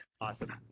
Awesome